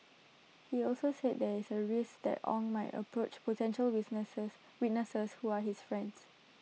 he also said there is A risk that Ong might approach potential witnesses who are his friends